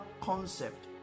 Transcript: concept